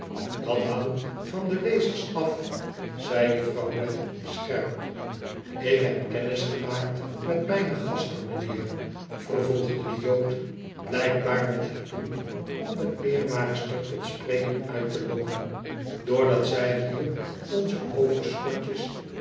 dat hangt van de lezers af zei juffrouw wren scherp ik heb kennisgemaakt met mijne gasten mijnheer vervolgde de jood blijkbaar met het doel om de kleermaakster tot spreken uitte lokken doordat zij hier onze